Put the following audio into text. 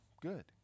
good